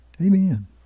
Amen